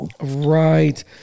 Right